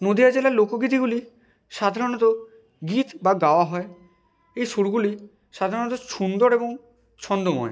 নদীয়া জেলার লোকগীতিগুলি সাধারণত গীত বা গাওয়া হয় এই সুরগুলি সাধারণত সুন্দর এবং ছন্দময়